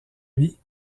vie